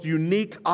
unique